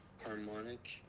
harmonic